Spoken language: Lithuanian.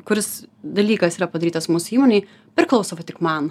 kuris dalykas yra padarytas mūsų įmonėj priklauso va tik man